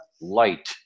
Light